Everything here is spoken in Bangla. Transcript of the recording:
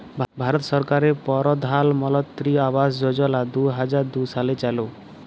ভারত সরকারের পরধালমলত্রি আবাস যজলা দু হাজার দু সালে চালু